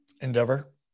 Endeavor